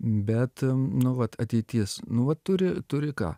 bet nu vat ateitis nu vat turi turi ką